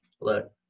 Look